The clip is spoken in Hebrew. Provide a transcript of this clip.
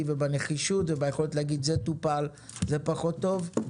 ובנחישות וביכולת להגיד זה טופל זה פחות טוב,